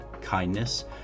kindness